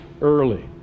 early